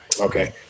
Okay